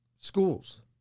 schools